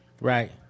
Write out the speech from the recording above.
Right